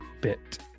bit